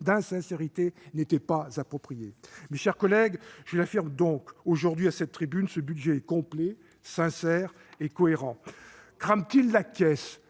d'« insincérité » n'était pas approprié. Mes chers collègues, je l'affirme aujourd'hui à cette tribune : ce budget est complet, sincère et cohérent ! Mais